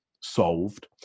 solved